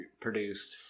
produced